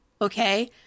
Okay